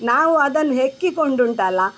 ನಾವು ಅದನ್ನ ಹೆಕ್ಕಿಕೊಂಡುಂಟಲ್ಲ